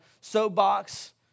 soapbox